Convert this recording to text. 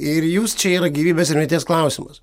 ir jums čia yra gyvybės ir mirties klausimas